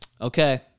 Okay